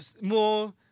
more